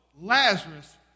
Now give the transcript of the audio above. Lazarus